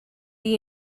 you